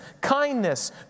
kindness